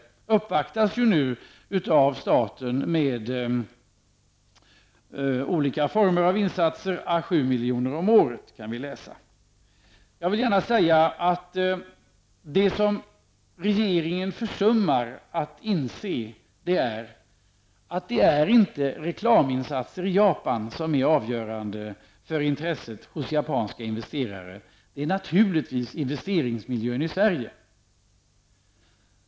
Japan uppvaktas nu av staten med olika former av insatser à 7 milj.kr. om året -- det går att läsa i deklarationen. Regeringen försummar att inse att det inte är reklaminsatser i Japan som är avgörande för intresset hos japanska investerare. Det är naturligtvis investeringsmiljön i Sverige.